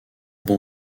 bon